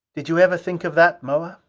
did you ever think of that, moa?